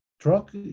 truck